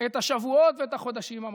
את השבועות ואת החודשים האחרונים,